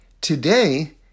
Today